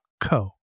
co